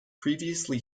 previously